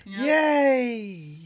Yay